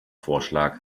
vorschlag